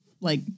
like-